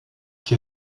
qui